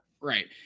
Right